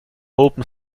open